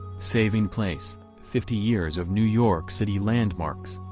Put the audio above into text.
saving place fifty years of new york city landmarks,